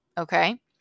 Okay